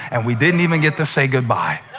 and we didn't even get to say goodbye.